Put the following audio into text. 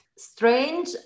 strange